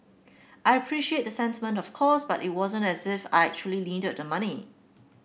I appreciated the sentiment of course but it wasn't as if I actually needed the money